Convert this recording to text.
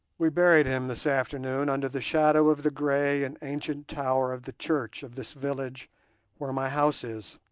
we buried him this afternoon under the shadow of the grey and ancient tower of the church of this village where my house is.